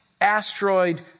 asteroid